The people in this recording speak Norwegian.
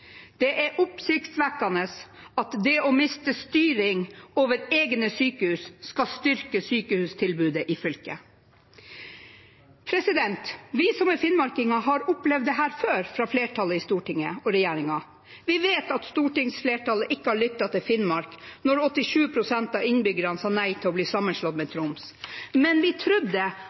Det er oppsiktsvekkende at det å miste styring over egne sykehus skal styrke sykehustilbudet i fylket. Vi som er finnmarkinger, har opplevd dette før fra flertallet i Stortinget og regjeringen. Vi vet at stortingsflertallet ikke har lyttet til Finnmark når 87 pst. av innbyggerne sa nei til å bli sammenslått med Troms, men vi